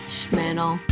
Schmannel